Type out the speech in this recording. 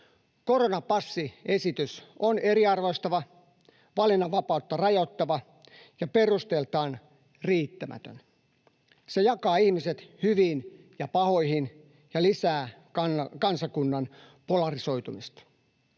Koronapassiesitys on eriarvoistava, valinnanvapautta rajoittava ja perusteiltaan riittämätön. Se jakaa ihmiset hyviin ja pahoihin ja lisää kansakunnan polarisoitumista.